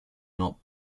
not